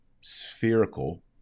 spherical